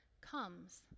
comes